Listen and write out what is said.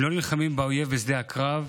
הם לא נלחמים באויב בשדה הקרב,